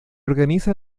organiza